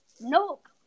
nope